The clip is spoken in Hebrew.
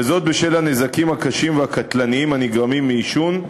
וזאת בשל הנזקים הקשים והקטלניים הנגרמים מעישון,